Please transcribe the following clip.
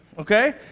Okay